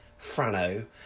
Frano